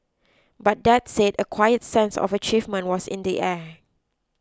but that said a quiet sense of achievement was in the air